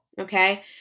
Okay